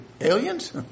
aliens